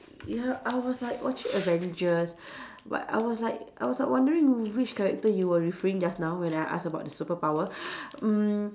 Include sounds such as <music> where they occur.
ya I was like watching Avengers <breath> but I was like I was like wondering which character you were referring just now when I ask about the superpower <breath> mm